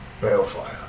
Balefire